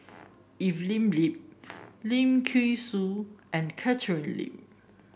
Evelyn Lip Lim Thean Soo and Catherine Lim